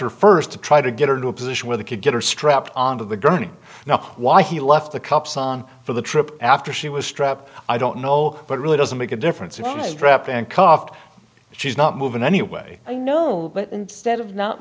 her first to try to get her into a position where they could get her strapped onto the gurney now why he left the cups on for the trip after she was strapped i don't know but really doesn't make a difference if you're strapped and coughed she's not moving anyway i know but instead of not